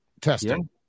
testing